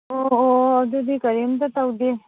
ꯑꯣ ꯑꯣ ꯑꯗꯨꯗꯤ ꯀꯔꯤꯝꯇ ꯇꯧꯗꯦ